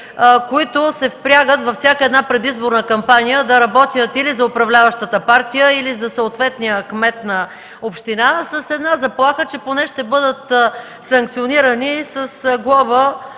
които се впрягат във всяка една предизборна кампания да работят или за управляващата партия, или за съответния кмет на община със заплаха, че поне ще бъдат санкционирани с глоба